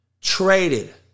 traded